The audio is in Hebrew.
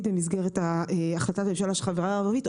במסגרת החלטת הממשלה של החברה הערבית,